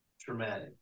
traumatic